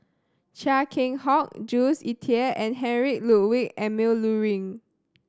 Chia Keng Hock Jules Itier and Heinrich Ludwig Emil Luering